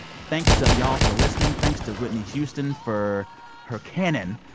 thanks to y'all for listening. thanks to whitney houston for her canon.